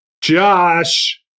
Josh